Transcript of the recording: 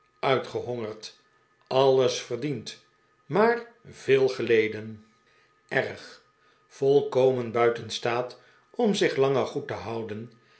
uitgehongerd alles verdiend maar veel geleden erg volkomen buiten staat om zich langer goed te houden